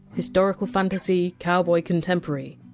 historical fantasy, cowboy contemporary.